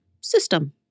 system